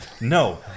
No